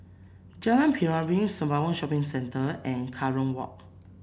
Jalan Piring Sembawang Shopping Centre and Kerong Walk